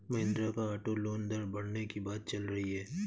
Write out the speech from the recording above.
महिंद्रा का auto loan दर बढ़ने की बात चल रही है